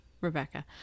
Rebecca